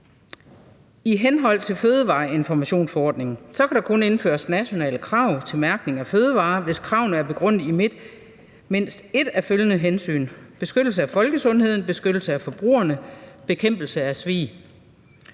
I henhold til fødevareinformationsforordningen kan der kun indføres nationale krav til mærkning af fødevarer, hvis kravene er begrundet i mindst et af følgende hensyn: beskyttelse af folkesundheden, beskyttelse af forbrugerne og bekæmpelse af svig.